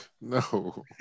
No